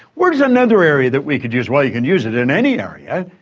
where's another area that we could use, well you can use it in any area.